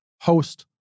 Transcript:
host